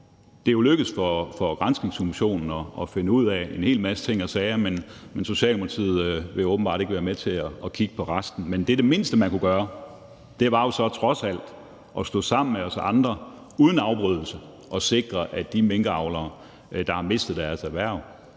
Det er jo lykkedes for granskningskommissionen at finde ud af en hel masse ting og sager, men Socialdemokratiet vil åbenbart ikke være med til at kigge på resten. Men det mindste, man så kunne gøre, var trods alt at stå sammen med os andre uden afbrydelse og sikre, at de minkavlere, der har mistet deres erhverv,